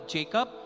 Jacob